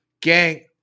Gang